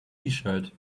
tshirt